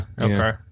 Okay